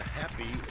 happy